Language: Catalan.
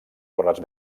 gorres